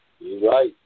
right